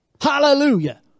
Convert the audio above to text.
Hallelujah